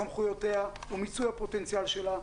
סמכויותיה ומיצוי הפוטנציאל שלה,